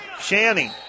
Shanny